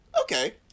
okay